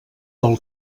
del